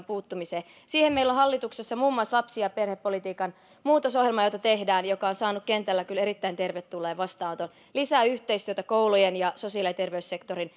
puuttumiseen siihen meillä on hallituksessa muun muassa lapsi ja perhepolitiikan muutosohjelma jota tehdään joka on saanut kentällä kyllä erittäin tervetulleen vastaanoton lisätään yhteistyötä koulujen ja sosiaali ja terveyssektorin